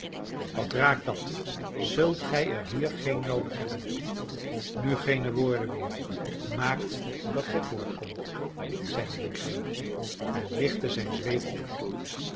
wat raakt dat zult gij er hier geen noodig hebben nu geene woorden meer maakt dat gij voortkomt zeide legree en lichtte zijn zweep op